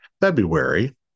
February